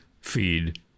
feed